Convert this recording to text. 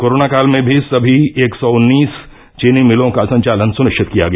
corona काल में भी सभी एक सौ उन्नीस चीनी मिलों का संचालन सुनिश्चित किया गया